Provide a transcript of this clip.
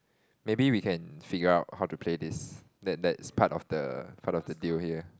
maybe we can figure out how to play this then that's part of the part of the deal here